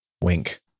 wink